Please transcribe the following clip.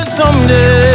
someday